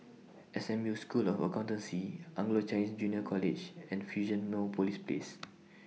S M U School of Accountancy Anglo Chinese Junior College and Fusionopolis Place